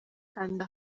kanda